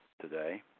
today